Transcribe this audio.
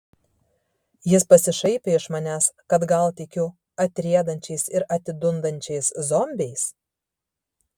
jis pasišaipė iš manęs kad gal tikiu atriedančiais ir atidundančiais zombiais